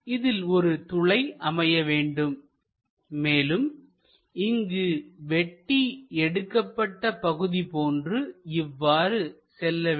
இதில் ஒரு துளை அமைய வேண்டும் மேலும் இங்கு வெட்டி எடுக்கப்பட்ட பகுதி போன்று இவ்வாறு செல்ல வேண்டும்